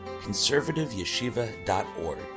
conservativeyeshiva.org